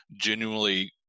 genuinely